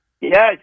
Yes